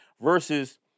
versus